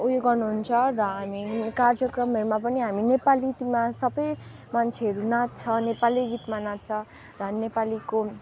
उयो गर्नु हुन्छ र हामी कार्यक्रमहरूमा पनि हामी नेपाली गीतमा सबै मान्छेहरू नाच्छ नेपाली गीतमा नाच्छ र नेपालीको